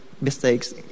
mistakes